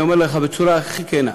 אני אומר לך בצורה הכי כנה,